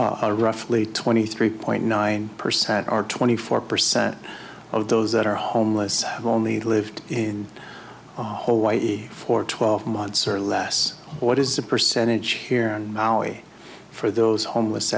roughly twenty three point nine percent are twenty four percent of those that are homeless have only lived in a hole for twelve months or less what is the percentage here and for those homeless